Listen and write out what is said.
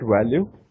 value